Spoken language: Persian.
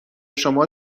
شما